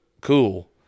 cool